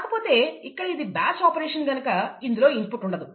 కాకపోతే ఇక్కడ ఇది బ్యాచ్ ఆపరేషన్ కనుక ఇందులో ఇన్పుట్ ఉండదు